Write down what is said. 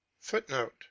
footnote